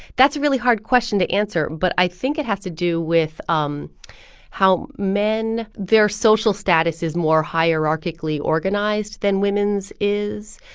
that's a really hard question to answer, but i think it has to do with um how men their social status is more hierarchically organized than women's is,